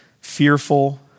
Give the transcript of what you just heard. fearful